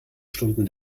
stunden